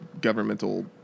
governmental